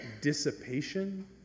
dissipation